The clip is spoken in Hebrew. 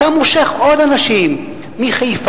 אתה מושך עוד אנשים מחיפה,